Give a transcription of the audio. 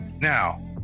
now